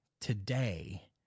today